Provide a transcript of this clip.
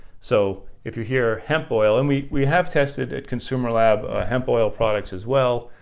so if you hear hemp oil and we we have tested at consumerlab ah hemp oil products as well,